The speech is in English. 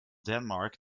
denmark